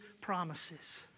promises